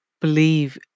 believe